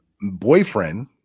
boyfriend